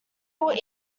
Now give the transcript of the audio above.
will